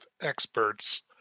experts